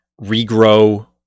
regrow